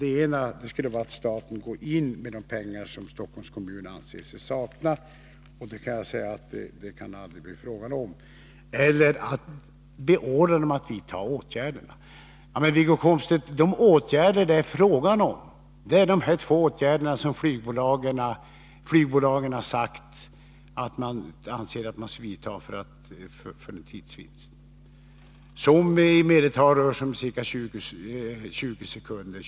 Det ena skulle vara att staten går in med de pengar som Stockholms kommun anser sig sakna. Jag kan säga att det aldrig kan bli fråga om något sådant. Det andra skulle vara att beordra kommunen att vidta åtgärderna. Men, Wiggo Komstedt, de åtgärder det är fråga om är de två åtgärder som flygbolagen har sagt att de anser att man skall vidta för att få en tidsvinst, som i medeltal rör sig om ca 20 sekunder.